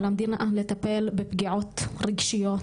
על המדינה לטפל בפגיעות רגשיות,